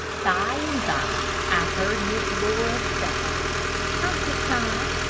by-and-by, i heard miss laura say uncle john,